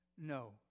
No